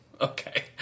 Okay